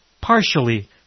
partially